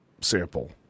Sample